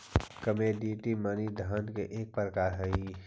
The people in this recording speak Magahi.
कमोडिटी मनी धन के एक प्रकार हई